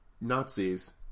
Nazis